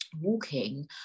walking